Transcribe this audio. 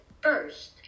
first